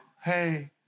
Hey